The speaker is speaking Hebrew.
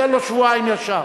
תן לו שבועיים ישר.